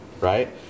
right